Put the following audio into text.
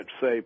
say